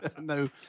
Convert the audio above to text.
No